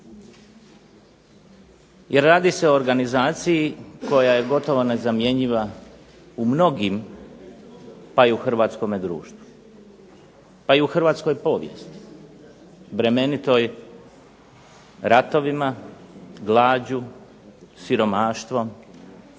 Jer radi se o organizaciji koja je gotovo nezamjenjiva u mnogim pa i u hrvatskome društvu, pa i u hrvatskoj povijesti bremenitoj ratovima, glađu, siromaštvom,